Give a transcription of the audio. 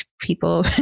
people